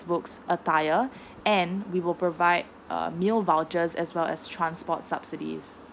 books attire and we will provide err meal vouchers as well as transport subsidies